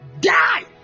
Die